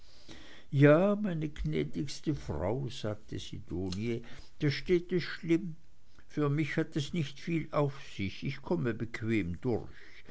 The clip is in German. ja meine gnädigste frau sagte sidonie da steht es schlimm für mich hat es nicht viel auf sich ich komme bequem durch